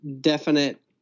definite